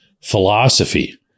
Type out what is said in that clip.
philosophy